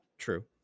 true